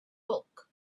bulk